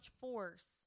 force